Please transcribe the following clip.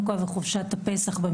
ומה